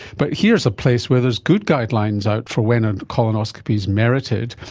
but here's a place where there is good guidelines out for when a colonoscopy is merited.